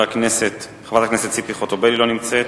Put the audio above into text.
חברת הכנסת ציפי חוטובלי, לא נמצאת,